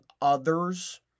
others